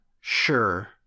sure